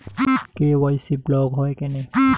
KYC block হয় কেনে?